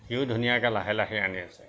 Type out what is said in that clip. সিও ধুনীয়াকৈ লাহে লাহে আনি আছে